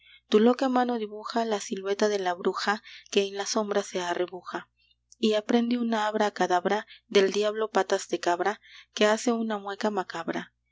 tu loca mano dibuja la silueta de la bruja que en la sombra se arrebuja y aprende una abracadabra del diablo patas de cabra que hace una mueca macabra